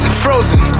frozen